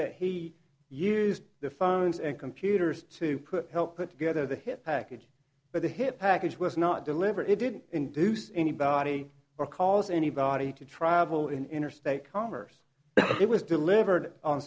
that he used the phones and computers to put help put together the hit package but the hit package was not deliver it didn't induce anybody or cause anybody to travel in interstate commerce it was delivered on